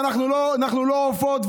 אנחנו לא עופות,